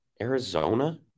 Arizona